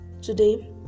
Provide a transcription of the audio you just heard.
Today